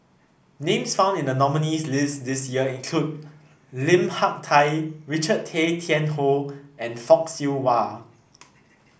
names found in the nominees' list this year include Lim Hak Tai Richard Tay Tian Hoe and Fock Siew Wah